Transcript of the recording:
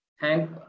thank